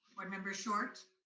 board member short.